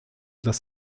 das